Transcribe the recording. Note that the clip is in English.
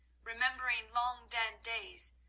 remembering long dead days,